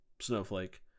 snowflake